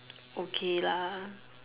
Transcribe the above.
okay lah